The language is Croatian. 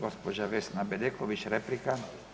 Gospođa Vesna Bedeković replika.